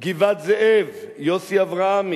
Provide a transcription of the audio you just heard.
גבעת-זאב, יוסי אברהמי,